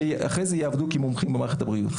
שאחרי זה יעבדו כמומחים במערכת הבריאות.